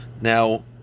now